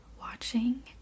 watching